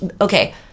okay